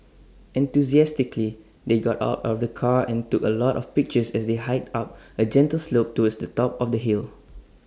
enthusiastically they got out of the car and took A lot of pictures as they hiked up A gentle slope towards the top of the hill